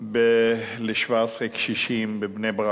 ל-17 קשישים בבני-ברק,